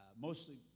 mostly